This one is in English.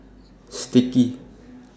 Sticky